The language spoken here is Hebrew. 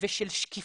ושל שקיפות.